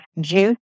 juice